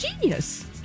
Genius